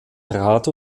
trat